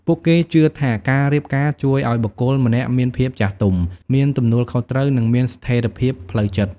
ពួកគេជឿថាការរៀបការជួយឲ្យបុគ្គលម្នាក់មានភាពចាស់ទុំ មានទំនួលខុសត្រូវ និងមានស្ថិរភាពផ្លូវចិត្ត។